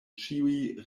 ĉiuj